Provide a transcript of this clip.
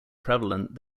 prevalent